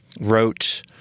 wrote